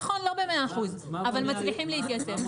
נכון, לא ב-100%, אבל מצליחים להתייצב.